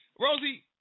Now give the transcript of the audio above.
Rosie